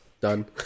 done